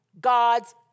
God's